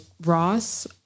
Ross